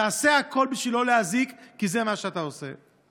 תעשה הכול בשביל לא להזיק, כי זה מה שאתה עושה.